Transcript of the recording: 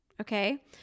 okay